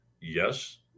Yes